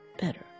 better